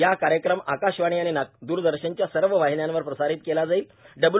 हा कार्यक्रम आकाशवाणी आणि दूरदर्शनच्या सर्व वाहिन्यांवर प्रसारित केला जाईल